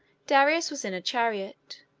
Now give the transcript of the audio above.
darius was in a chariot.